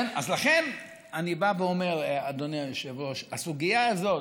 אז לכן אני אומר, אדוני היושב-ראש, בסוגיה הזאת,